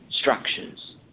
structures